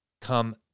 come